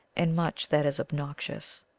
and much that is obnoxious.